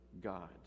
God